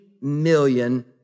million